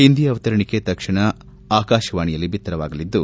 ಹಿಂದಿ ಅವತರಣಿಕೆ ತಕ್ಷಣ ಆಕಾಶವಾಣಿಯಲ್ಲಿ ಭಿತ್ತರವಾಗಲಿದ್ದು